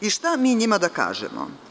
I šta mi njima da kažemo?